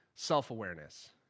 Self-awareness